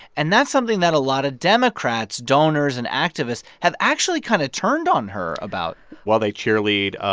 and that's something that a lot of democrats, donors and activists have actually kind of turned on her about while they cheerlead, ah